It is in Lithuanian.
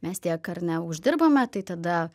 mes tiek ar ne uždirbame tai tada